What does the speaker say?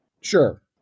Sure